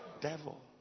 devil